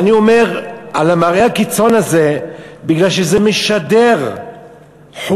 ואני אומר על מראה הקיצון הזה בגלל שזה משדר חולשה.